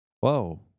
Whoa